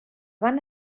van